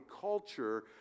culture